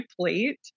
plate